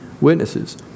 witnesses